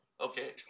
Okay